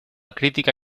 crítica